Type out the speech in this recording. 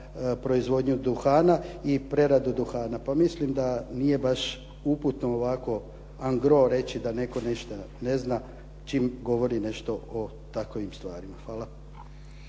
proizvodnju duhana i preradu duhana. Pa mislim da nije baš uputno ovako an gro reći da netko nešto ne zna čim govori nešto o takvim stvarima. Hvala.